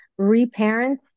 reparent